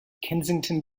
kensington